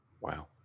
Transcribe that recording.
Wow